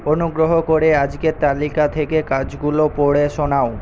অনুগ্রহ করে আজকের তালিকা থেকে কাজগুলো পড়ে শোনাও